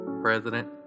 President